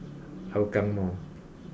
Hougang Mall